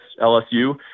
LSU